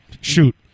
shoot